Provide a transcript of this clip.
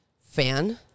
fan